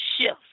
shift